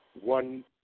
One